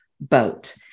boat